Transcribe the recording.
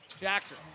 Jackson